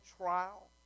trial